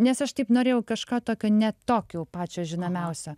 nes aš taip norėjau kažką tokio ne tokio jau pačio žinomiausio